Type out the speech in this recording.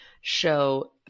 show